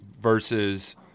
versus